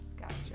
gotcha